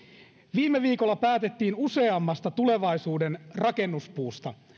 viime viikolla päätettiin useammasta tulevaisuuden rakennuspuusta